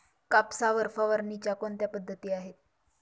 कापसावर फवारणीच्या कोणत्या पद्धती आहेत?